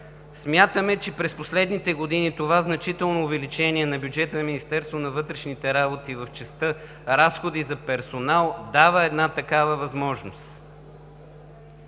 Смятаме, че през последните години това значително увеличение на бюджета на Министерството на вътрешните работи в частта „Разходи за персонал“ дава една такава възможност.